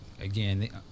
again